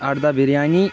اَرداہ بِریانی